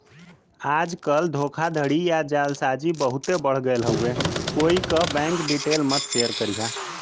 आजकल धोखाधड़ी या जालसाजी बहुते बढ़ गयल हउवे कोई क बैंक डिटेल मत शेयर करिहा